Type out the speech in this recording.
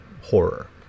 horror